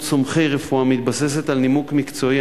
סומכי רפואה מתבססת על נימוק מקצועי,